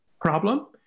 problem